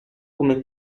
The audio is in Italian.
come